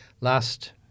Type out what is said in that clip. last